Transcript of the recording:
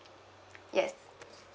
yes